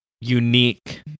unique